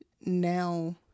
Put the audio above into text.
now